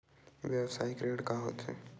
व्यवसायिक ऋण का होथे?